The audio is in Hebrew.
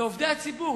לעובדי הציבור,